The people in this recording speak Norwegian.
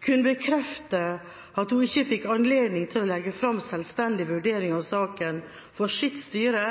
kunne bekrefte at hun ikke fikk anledning til å legge fram en selvstendig vurdering av saken for sitt styre,